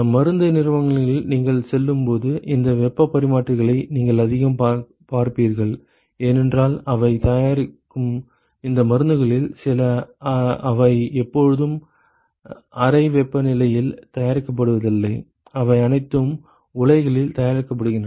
மருந்து நிறுவனங்களில் நீங்கள் செல்லும்போது இந்த வெப்பப் பரிமாற்றிகளை நீங்கள் அதிகம் பார்ப்பீர்கள் ஏனென்றால் அவை தயாரிக்கும் இந்த மருந்துகளில் சில அவை எப்போதும் அறை வெப்பநிலையில் தயாரிக்கப்படுவதில்லை அவை அனைத்தும் உலைகளில் தயாரிக்கப்படுகின்றன